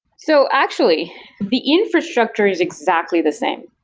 so actually the infrastructure is exactly the same.